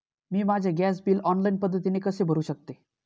मी माझे gas bill online पद्धतीने कसे भरु शकते?